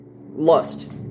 Lust